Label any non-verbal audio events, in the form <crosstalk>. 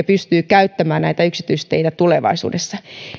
<unintelligible> pystyy käyttämään näitä yksityisteitä tulevaisuudessa